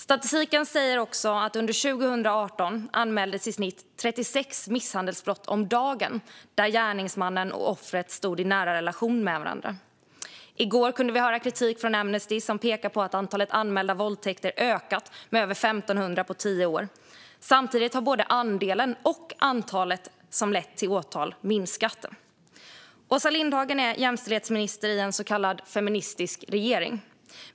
Statistiken säger också att det under 2018 anmäldes i snitt 36 misshandelsbrott om dagen där gärningsmannen och offret stod i nära relation till varandra. I går kunde vi höra kritik från Amnesty, som pekar på att antalet anmälda våldtäkter ökat med över 1 500 på tio år. Samtidigt har både andelen och antalet som lett till åtal minskat. Åsa Lindhagen är jämställdhetsminister i en så kallad feministisk regering.